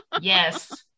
yes